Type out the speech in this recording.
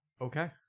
Okay